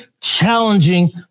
challenging